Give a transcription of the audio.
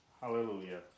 Hallelujah